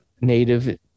native